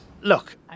Look